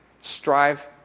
Strive